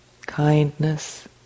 Kindness